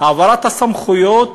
הסמכויות